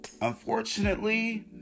unfortunately